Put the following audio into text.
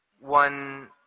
one